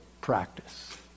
practice